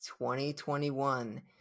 2021